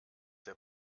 der